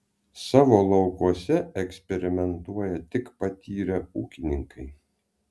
savo laukuose eksperimentuoja tik patyrę ūkininkai